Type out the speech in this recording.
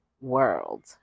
world